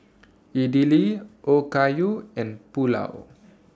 Idili Okayu and Pulao